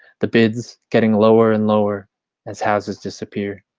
the bids getting lower and lower as houses disappear.